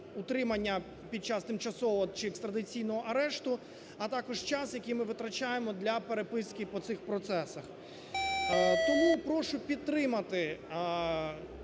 утримання під час тимчасового чи екстрадиційного арешту, а також час, який ми витрачаємо для переписки по цих процесах. Тому прошу підтримати